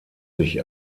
sich